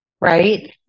right